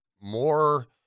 more